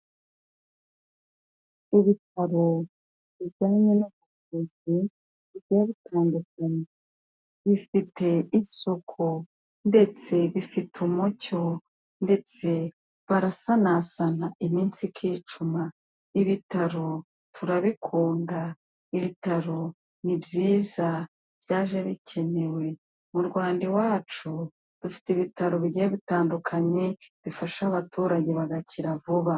Ibitaro bijyanye n'ubuvuzi bugiye butandukanye, bifite isuku ndetse bifite umucyo ndetse barasanasana iminsi ikicuma. Ibitaro turabikunda, ibitaro ni byiza, byaje bikenewe. Mu Rwanda iwacu, dufite ibitaro bigiye bitandukanye, bifasha abaturage bagakira vuba.